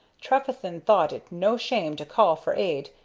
trefethen thought it no shame to call for aid,